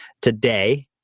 today